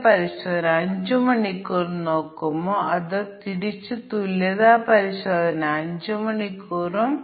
അതിനാൽ negative test കേസുകളും പരിഗണിക്കേണ്ടതുണ്ടെങ്കിൽ ഞങ്ങൾ അതിനെ കരുത്തുറ്റ പരിശോധന എന്ന് വിളിക്കുന്നു